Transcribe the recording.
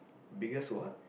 biggest what